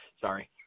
Sorry